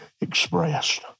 expressed